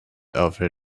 over